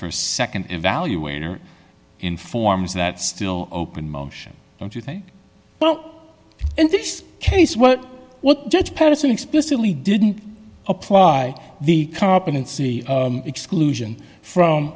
for a nd evaluator informs that still open motion don't you think well in this case what what judge patterson explicitly didn't apply the competency exclusion from